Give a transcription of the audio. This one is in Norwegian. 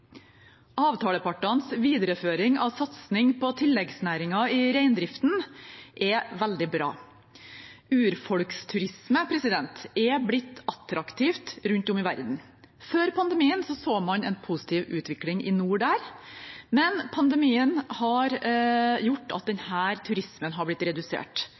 Avtalepartenes videreføring av satsing på tilleggsnæringen i reindriften er veldig bra. Urfolksturisme er blitt attraktivt rundt om i verden. Før pandemien så man der en positiv utvikling i nord, men pandemien har gjort at denne turismen er blitt redusert